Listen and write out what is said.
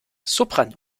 soprano